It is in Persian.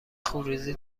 خونریزی